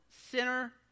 sinner